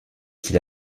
qu’il